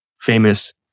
famous